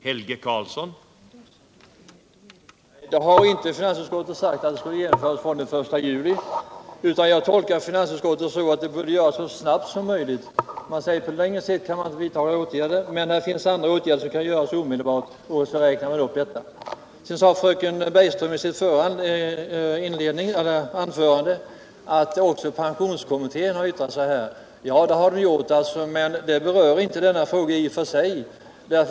Herr talman! Finansutskottet har inte sagt att förslaget bör genomföras från den 1 juli, utan jag tolkar finansutskottet så att det bör göras så snabbt som möjligt. Utskottet säger att en del åtgärder kan vidtas omedelbart, och så räknar man upp dem. Britta Bergström sade i sitt förra anförande att också pensionskommittén har yttrat sig. Ja, det har den gjort, men det berör inte denna fråga i och för sig.